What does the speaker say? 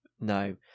No